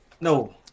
no